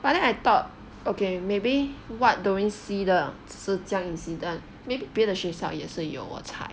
but then I thought okay maybe what doreen see 的这样的 incident maybe 别的学校也是有我猜